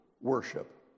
worship